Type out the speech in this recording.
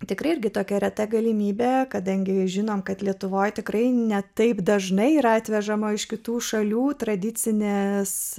tikrai irgi tokia reta galimybė kadangi žinome kad lietuvoje tikrai ne taip dažnai yra atvežama iš kitų šalių tradicinės